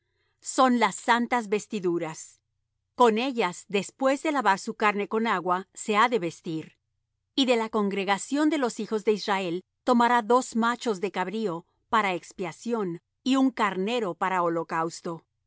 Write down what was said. son las santas vestiduras con ellas después de lavar su carne con agua se ha de vestir y de la congregación de los hijos de israel tomará dos machos de cabrío para expiación y un carnero para holocausto